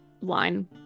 line